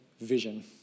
vision